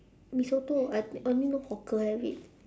mee soto I only know hawker have it